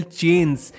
chains